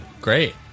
Great